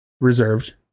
reserved